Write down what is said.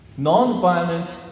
Nonviolent